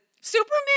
Superman